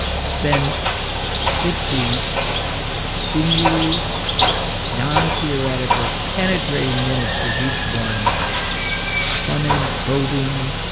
spend sixty sinewy nontheoretical, penetrating minutes with each one plumbing, probing,